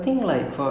mm